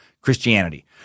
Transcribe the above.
christianity